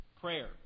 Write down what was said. prayer